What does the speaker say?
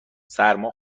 سرما